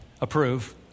approve